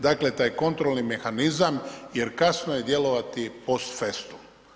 Dakle taj kontrolni mehanizam jer kasno je djelovati post festum.